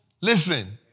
Listen